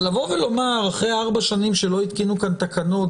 אבל לבוא ולומר אחרי ארבע שנים שלא התקינו כאן תקנות,